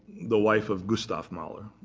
the wife of gustav mahler,